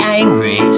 angry